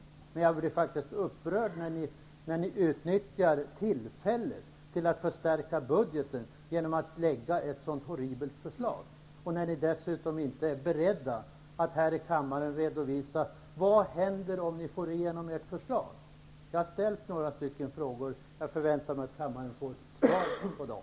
Men jag blir upprörd när ni utnyttjar tillfället till att förstärka budgeten, genom att lägga ett sådant horribelt förslag och inte här i kammaren är beredda att redovisa vad som händer om ni får igenom ert förslag. Jag har ställt några frågor, och jag förväntar mig att kammaren får svar på dem.